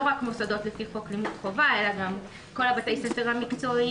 לא רק מוסדות לפי חוק לימוד חובה אלא גם כל בתי הספר המקצועיים,